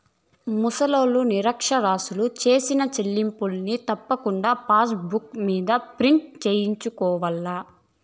ముసలోల్లు, నిరచ్చరాసులు సేసిన సెల్లింపుల్ని తప్పకుండా పాసుబుక్ మింద ప్రింటు సేయించుకోవాల్ల